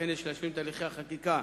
שכן יש להשלים את הליכי החקיקה